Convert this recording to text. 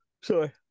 Sorry